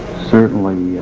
certainly